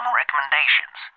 recommendations